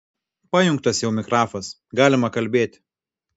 pajungtas jau mikrafas galima kalbėti